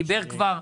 דיבר כבר.